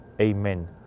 Amen